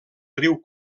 riu